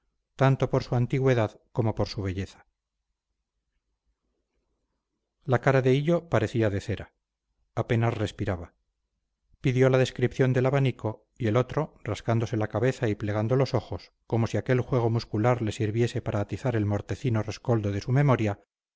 tanto por su antigüedad como por su belleza la cara de hillo parecía de cera apenas respiraba pidió la descripción del abanico y el otro rascándose la cabeza y plegando los ojos como si aquel juego muscular le sirviese para atizar el mortecino rescoldo de su memoria